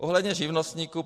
Ohledně živnostníků.